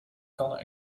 kannen